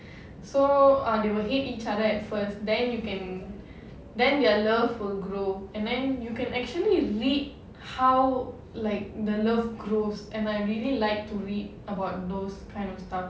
so uh they will hate each other at first then you can then their love will grow and then you can actually read how like the love grows and I really like to read about those kind of stuff